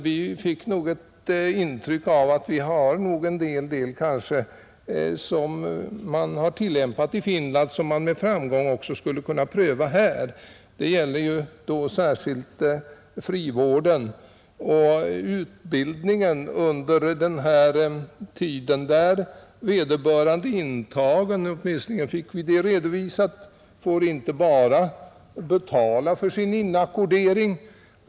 Vi fick nog intrycket att en hel del av vad som tillämpats i Finland med framgång skulle kunna prövas även här. Detta gäller särskilt i fråga om frivården. Den intagne får i Finland inte bara betala för sin inackordering.